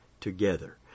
together